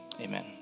Amen